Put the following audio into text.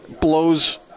Blows